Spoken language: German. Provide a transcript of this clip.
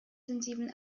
sensiblen